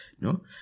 No